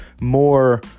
more